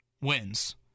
wins